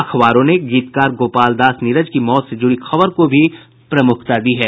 अखबारों ने गीतकार गोपाल दास नीरज की मौत से जुड़ी खबर को प्रमुखता दी है